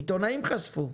עיתונאים חשפו.